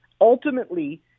ultimately